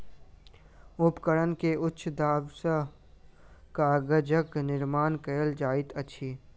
उपकरण के उच्च दाब सॅ कागजक निर्माण कयल जाइत अछि